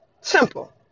simple